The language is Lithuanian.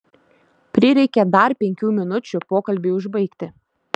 prireikė dar penkių minučių pokalbiui užbaigti